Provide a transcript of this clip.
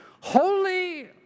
Holy